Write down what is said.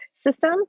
system